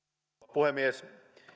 puhemies